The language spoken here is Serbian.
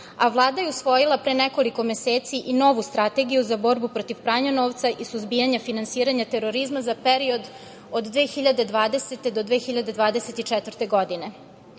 a Vlada je usvojila pre nekoliko meseci i novu Strategiju za borbu protiv pranja novca i suzbijanja terorizma za period od 2020. godine do 2024. godine.